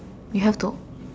in her talk